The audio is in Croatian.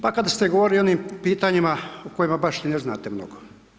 Pa kada ste govorili i o onim pitanjima o kojima baš ni ne znate mnogo.